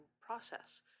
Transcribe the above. process